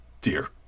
Dear